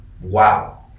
wow